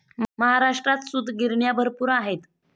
महाराष्ट्रात सूतगिरण्या भरपूर आहेत